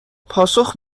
پاسخ